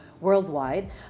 worldwide